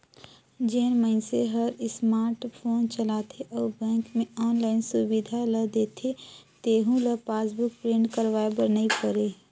जेन मइनसे हर स्मार्ट फोन चलाथे अउ बेंक मे आनलाईन सुबिधा ल देथे तेहू ल पासबुक प्रिंट करवाये बर नई परे